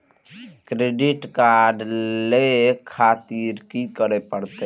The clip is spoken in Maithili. क्रेडिट कार्ड ले खातिर की करें परतें?